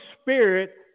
Spirit